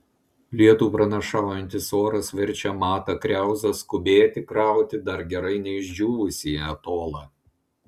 lietų pranašaujantis oras verčia matą kriauzą skubėti krauti dar gerai neišdžiūvusį atolą